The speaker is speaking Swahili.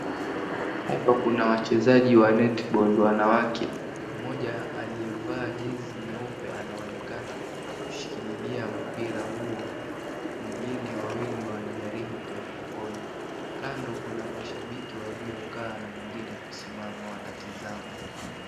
Hapa kuna wachezaji wa netball wanawake, mmoja aliyevaa jezi nyeupe anaonekana kuushikiliampira huo. Mwengine wawili wanajaribu kumpokonya. Kando kuna mashabiki waliokaa na wengine kusimama wanatazama.